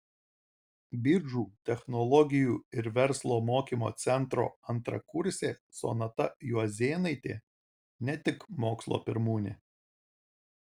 biržų technologijų ir verslo mokymo centro antrakursė sonata juozėnaitė ne tik mokslo pirmūnė